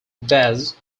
bass